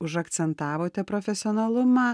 užakcentavote profesionalumą